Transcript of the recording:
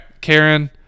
Karen